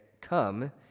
come